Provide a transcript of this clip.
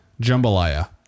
Jambalaya